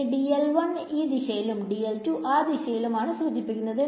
ഇനിഈ ദിശയിലും ആ ദിശയിലും ആണ് സൂചിപ്പിക്കുന്നത്